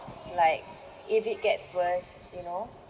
it's like if it gets worse you know